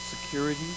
security